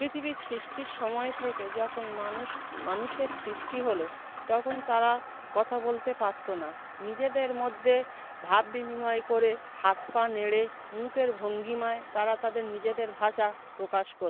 পৃথিবীর সৃষ্টির সময় থেকে যখন মানুষ মানুষের সৃষ্টি হল তখন তারা কথা বলতে পারতো না নিজেদের মধ্যে ভাব বিনিময় করে হাত পা নেড়ে মুখের ভঙ্গিমায় তারা তাদের নিজেদের ভাষা প্রকাশ করতো